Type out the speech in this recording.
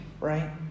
right